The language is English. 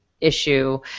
issue